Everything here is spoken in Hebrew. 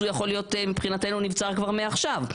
הוא יכול להיות מבחינתנו נבצר כבר מעכשיו.